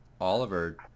Oliver